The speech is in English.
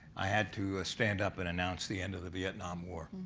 i had to stand up and announce the end of the vietnam war.